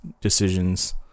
decisions